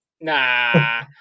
Nah